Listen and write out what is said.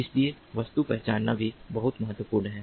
इसलिए वस्तु पहचानना भी बहुत महत्वपूर्ण है